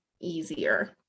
easier